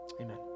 Amen